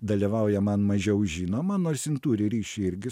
dalyvauja man mažiau žinoma nors jin turi ryšį irgi